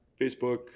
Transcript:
Facebook